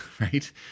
right